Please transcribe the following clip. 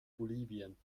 bolivien